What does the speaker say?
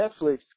Netflix